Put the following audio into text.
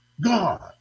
God